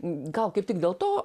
gal kaip tik dėl to